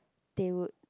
they would